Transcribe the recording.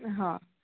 હં